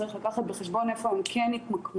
צריך לקחת בחשבון איפה הן כן יתמקמו,